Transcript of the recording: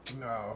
No